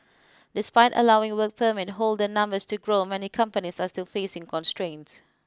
despite allowing work permit holder numbers to grow many companies are still facing constraints